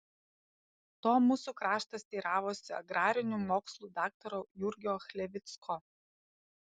to mūsų kraštas teiravosi agrarinių mokslų daktaro jurgio chlevicko